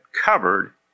covered